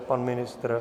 Pan ministr?